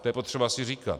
To je potřeba si říkat.